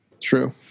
True